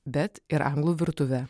bet ir anglų virtuvę